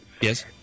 Yes